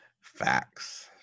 Facts